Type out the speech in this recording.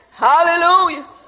hallelujah